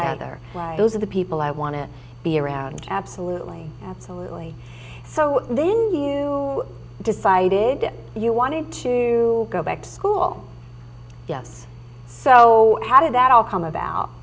other those are the people i want to be around absolutely absolutely so then you decided you wanted to go back to school yes so how did that all come about